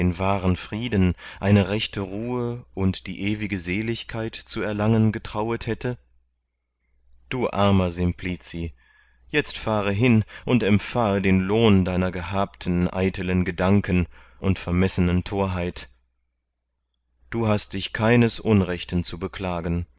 wahren frieden eine rechte ruhe und die ewige seligkeit zu erlangen getrauet hätte du armer simplici jetzt fahre hin und empfahe den lohn deiner gehabten eitelen gedanken und vermessenen torheit du hast dich keines unrechten zu beklagen